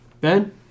Ben